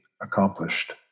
accomplished